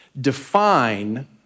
define